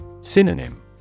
Synonym